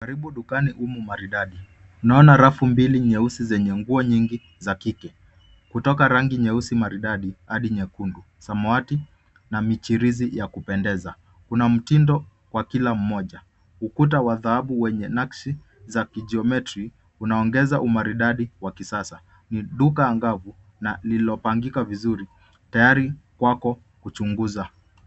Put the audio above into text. Karibu dukani humu maridadi. Tunaona rafu mbili nyeusi zenye nguo nyingi za kike. Kutoka rangi nyeusi maridadi hadi nyekundu, samawati na michirizi ya kupendeza. Kuna mtindo wa kila mmoja. Ukuta wa dhahabu wenye nakshi za kijiometri unaongeza umaridadi wa kisasa. Ni duka angavu na lililopangika vizuri tayari kwako kuchunguza.